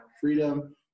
freedom